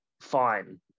fine